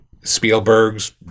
Spielberg's